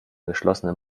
geschlossenen